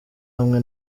hamwe